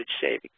savings